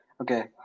Okay